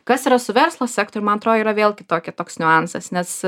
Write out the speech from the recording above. kas yra su verslo sektoriu man atro yra vėl kitokia toks niuansas nes